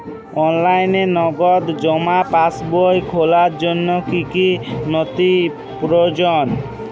অনলাইনে নগদ জমা পাসবই খোলার জন্য কী কী নথি প্রয়োজন?